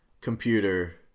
computer